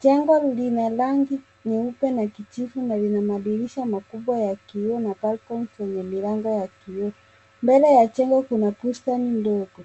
Jengo lina rangi nyeupe na kijivu na lina madirisha makubwa ya kioo na balkon zenye milango ya kioo. Mbele ya jengo kuna bustani ndogo.